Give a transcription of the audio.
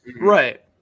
right